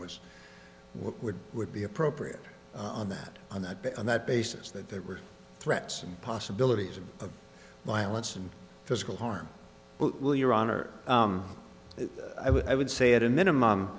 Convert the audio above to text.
what would would be appropriate on that on that day on that basis that there were threats and possibilities of violence and physical harm will your honor i would i would say at a minimum